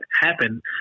happen